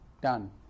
Done